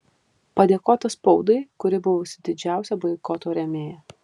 padėkota spaudai kuri buvusi didžiausia boikoto rėmėja